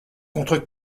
contre